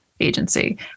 agency